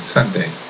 Sunday